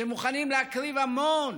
שמוכנים להקריב המון